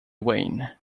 wayne